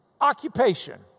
occupation